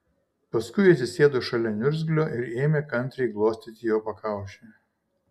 paskui atsisėdo šalia niurzglio ir ėmė kantriai glostyti jo pakaušį